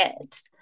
kids